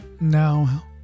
now